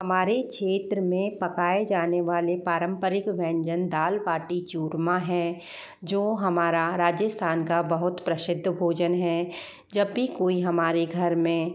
हमारें क्षेत्र में पकाए जाने वाले पारंपरिक व्यंजन दाल बाटी चूरमा है जो हमारा राजस्थान का बहुत प्रसिद्ध भोजन है जब भी कोई हमारे घर में